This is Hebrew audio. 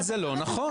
אבל זה לא נכון.